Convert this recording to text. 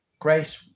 Grace